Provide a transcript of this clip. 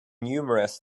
numerous